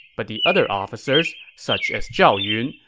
but the other officers, such as zhao yun,